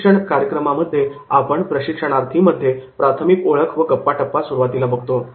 प्रशिक्षण कार्यक्रमामध्ये आपण प्रशिक्षणार्थीमध्ये प्राथमिक ओळख व गप्पाटप्पा सुरुवातीला बघतो